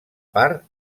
part